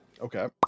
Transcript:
Okay